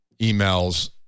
emails